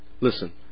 Listen